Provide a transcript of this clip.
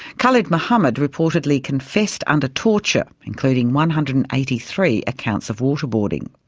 khalid mohammed reportedly confessed under torture, including one hundred and eighty three accounts of water-boarding.